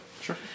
sure